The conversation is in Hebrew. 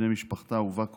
בני משפחתה ובא כוחם,